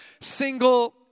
single